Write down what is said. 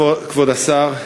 כבוד השר,